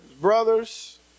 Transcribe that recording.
brothers